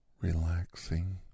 relaxing